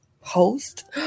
host